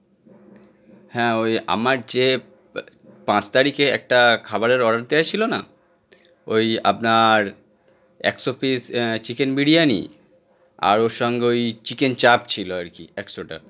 হ্যাঁ ওই আমার যে পাঁচ তারিখে একটা খাবারের অর্ডার দেওয়া ছিল না ওই আপনার একশো পিস চিকেন বিরিয়ানি আর ওর সঙ্গে ওই চিকেন চাপ ছিল আর কি একশোটা